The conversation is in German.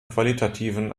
qualitativen